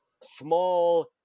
small